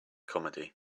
comedy